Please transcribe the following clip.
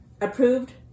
approved